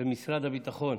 במשרד הביטחון,